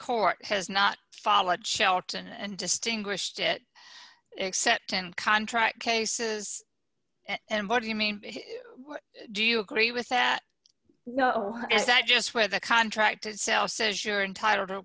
court has not followed shelton and distinguished it except in contract cases and what do you mean do you agree with that you know is that just where the contract itself says you're entitle